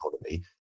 economy